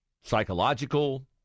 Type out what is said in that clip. psychological